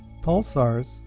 pulsars